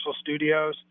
Studios